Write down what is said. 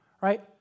right